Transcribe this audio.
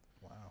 wow